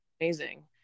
amazing